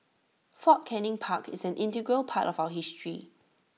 fort Canning park is an integral part of our history